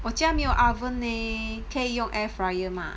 我家没有 oven leh 可以用 air fryer 吗